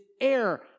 air